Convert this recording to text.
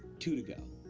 two to go.